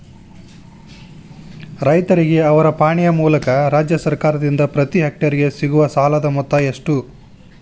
ರೈತರಿಗೆ ಅವರ ಪಾಣಿಯ ಮೂಲಕ ರಾಜ್ಯ ಸರ್ಕಾರದಿಂದ ಪ್ರತಿ ಹೆಕ್ಟರ್ ಗೆ ಸಿಗುವ ಸಾಲದ ಮೊತ್ತ ಎಷ್ಟು ರೇ?